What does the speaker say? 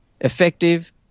effective